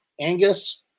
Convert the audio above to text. Angus